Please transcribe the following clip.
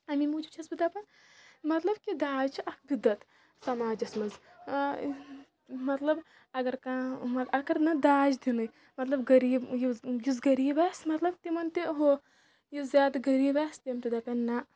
اَمی موٗجوٗب چھس بہٕ دَپان مطلب کہ داج چھُ اَکھ بِدعت سماجس منٛز مطلب اگر کانٛہہ اگر نہٕ داج دِنٕے مطلب غریٖب یُس غریٖب آسہِ مطلب تِمَن تہِ ہُہ یُس زیادٕ غریٖب آسہِ تِم تہِ دَپن نہ